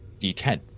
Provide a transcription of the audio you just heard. d10